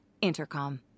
Intercom